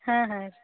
ಹಾಂ ಹಾಂ ರೀ